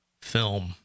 film